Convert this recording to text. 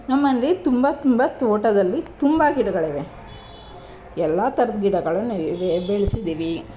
ನಮ್ಮಲ್ಲಿ ತುಂಬ ತುಂಬ ತೋಟದಲ್ಲಿ ತುಂಬ ಗಿಡಗಳಿವೆ ಎಲ್ಲ ಥರದ ಗಿಡಗಳನ್ನ ಬೆಳೆಸಿದ್ದೀವಿ